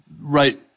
Right